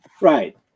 Right